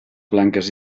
blanques